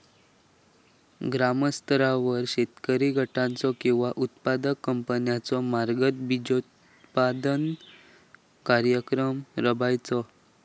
ग्रामस्तरावर शेतकरी गटाचो किंवा उत्पादक कंपन्याचो मार्फत बिजोत्पादन कार्यक्रम राबायचो?